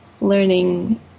learning